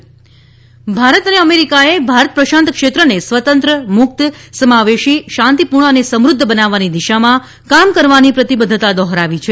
Bharat America Bharat અને અમેરીકાએ ભારત પ્રશાંત ક્ષેત્રને સ્વતંત્ર મુકત સમાવેશી શાંતીપુર્ણ અને સમૃધ્ધ બનાવવાની દિશામાં કામ કરવાની પ્રતિબધ્ધતા દોહરાવી છે